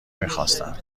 میخواستم